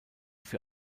für